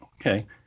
Okay